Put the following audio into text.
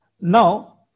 Now